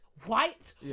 white